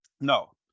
No